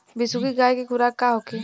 बिसुखी गाय के खुराक का होखे?